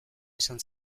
esan